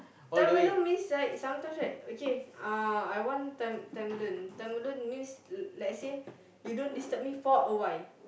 time alone means right sometimes right okay uh I want time time alone time alone means l~ let's say you don't disturb me for a while